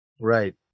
Right